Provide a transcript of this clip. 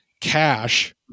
Cash